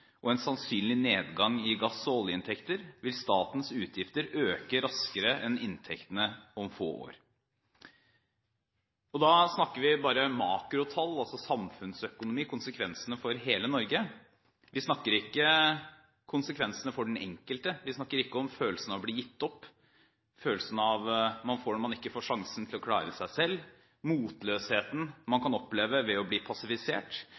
og en sannsynlig nedgang i gass- og oljeinntekter, vil statens utgifter øke raskere enn inntektene om få år.» Da snakker vi bare om makrotall, altså samfunnsøkonomi, og konsekvensene for hele Norge, vi snakker ikke om konsekvensene for den enkelte. Vi snakker ikke om følelsen av å bli gitt opp, følelsen man får når man ikke får sjansen til å klare seg selv, motløsheten man kan oppleve ved å bli